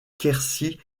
quercy